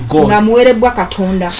God